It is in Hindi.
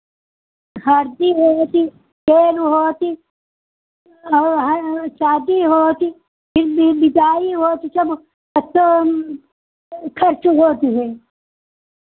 हल्दी होती तेल होती और हल् शादी होती फिर वि विदाई होती सब अच्छा खर्च होती है